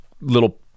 little